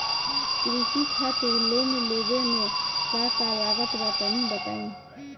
कृषि खातिर लोन लेवे मे का का लागत बा तनि बताईं?